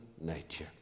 nature